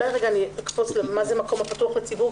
אני אקפוץ למה זה מקום הפתוח לציבור,